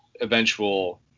eventual